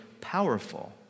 powerful